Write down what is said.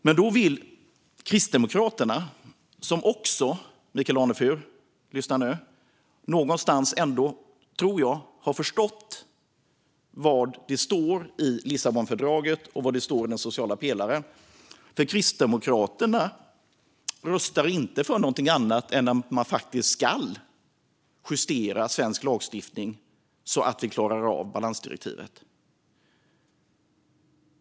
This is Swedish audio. Men då tror jag att ni kristdemokrater - lyssna nu, Michael Anefur - ändå har förstått vad som står i Lissabonfördraget och i den sociala pelaren, för Kristdemokraterna röstar inte för någonting annat än vad vi faktiskt ska, att justera svensk lagstiftning så att vi klarar av balansdirektivet.